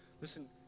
listen